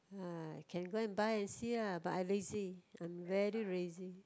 uh can go and buy and see lah but I lazy I'm very lazy